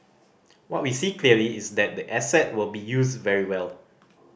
what we see clearly is that the asset will be used very well